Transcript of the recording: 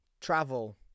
travel